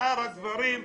ושאר הדברים,